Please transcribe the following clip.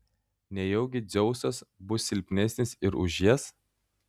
nejaugi dzeusas bus silpnesnis ir už jas